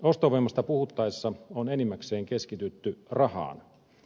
ostovoimasta puhuttaessa on enimmäkseen keskitytty rahaan